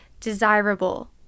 desirable